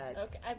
okay